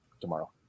tomorrow